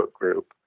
group